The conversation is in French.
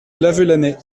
lavelanet